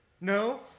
No